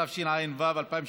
התשע"ו 2016,